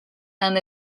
and